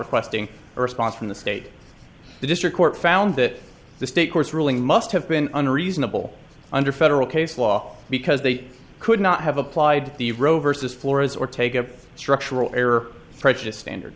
requesting a response from the state the district court found that the state courts ruling must have been unreasonable under federal case law because they could not have applied the roe versus flores or take a structural error prejudice standard